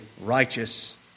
righteous